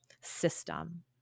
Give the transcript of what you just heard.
system